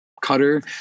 cutter